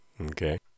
Okay